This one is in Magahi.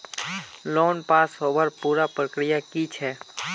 लोन पास होबार पुरा प्रक्रिया की छे?